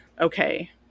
okay